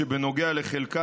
לארגון טרור,